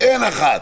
אין אחת